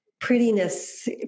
prettiness